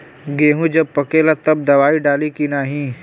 गेहूँ जब पकेला तब दवाई डाली की नाही?